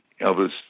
Elvis